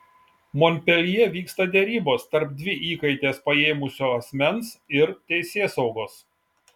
monpeljė vyksta derybos tarp dvi įkaites paėmusio asmens ir teisėsaugos